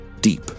deep